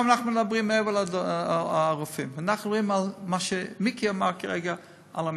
אנחנו מדברים על מה שמיקי אמר כרגע, על המיטות.